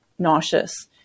nauseous